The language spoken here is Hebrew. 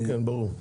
כן, כן, ברור.